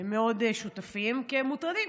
הם מאוד שותפים, כי הם מוטרדים.